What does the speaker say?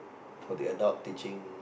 for the adult teaching